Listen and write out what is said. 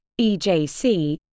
EJC